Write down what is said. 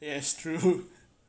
yes true